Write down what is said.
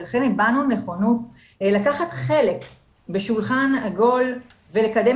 ולכן הבענו נכונות לקחת חלק בשולחן עגול ולקדם